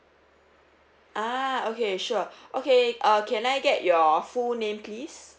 ah okay sure okay err can I get your full name please